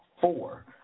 four